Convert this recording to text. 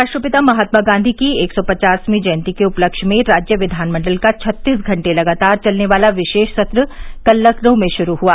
राष्ट्रपिता महात्मा गांधी की एक सौ पचासवीं जयन्ती के उपलक्ष्य में राज्य विधानमंडल का छत्तीस घंटे लगातार चलने वाला विशेष सत्र कल लखनऊ में शुरू हुआ